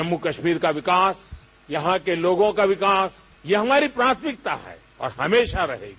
जम्मू कश्मीर का विकास यहां के लोगों का विकास ये हमारी प्राथमिकता है और हमेशा रहेगी